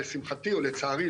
לשמחתי או לצערי,